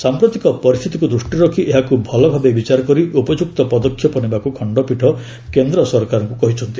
ସାମ୍ପ୍ରତିକ ପରିସ୍ଥିତିକୁ ଦୂଷ୍ଟିରେ ରଖି ଏହାକୁ ଭଲଭାବେ ବିଚାର କରି ଉପଯୁକ୍ତ ପଦକ୍ଷେପ ନେବାକୁ ଖଣ୍ଡପୀଠ କେନ୍ଦ୍ର ସରକାରଙ୍କୁ କହିଛନ୍ତି